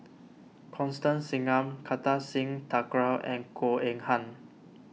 Constance Singam Kartar Singh Thakral and Goh Eng Han